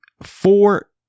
four